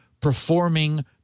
performing